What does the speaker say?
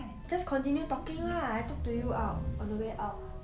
just continue talking lah I talk to you out on the way out